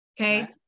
Okay